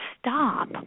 stop